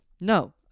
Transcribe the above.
no